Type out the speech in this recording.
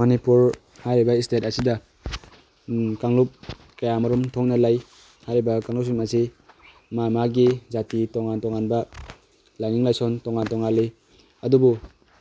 ꯃꯅꯤꯄꯨꯔ ꯍꯥꯏꯔꯤꯕ ꯏꯁꯇꯦꯠ ꯑꯁꯤꯗ ꯀꯥꯡꯂꯨꯞ ꯀꯌꯥ ꯑꯃꯔꯣꯝ ꯊꯣꯛꯅ ꯂꯩ ꯍꯥꯏꯔꯤꯕ ꯀꯥꯡꯂꯨꯞꯁꯤꯡ ꯑꯁꯤ ꯃꯥ ꯃꯥꯒꯤ ꯖꯥꯇꯤ ꯇꯣꯉꯥꯟ ꯇꯣꯉꯥꯟꯕ ꯂꯥꯏꯅꯤꯡ ꯂꯥꯏꯁꯣꯜ ꯇꯣꯉꯥꯟ ꯇꯣꯉꯥꯟ ꯂꯩ ꯑꯗꯨꯕꯨ